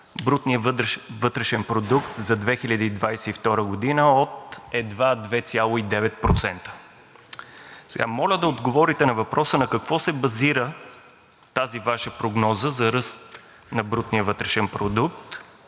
брутния вътрешен продукт за 2023 г. от едва 2,9%. Сега моля да отговорите на въпроса на какво се базира тази Ваша прогноза за ръст на брутния вътрешен продукт